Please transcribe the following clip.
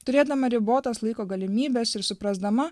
turėdama ribotas laiko galimybes ir suprasdama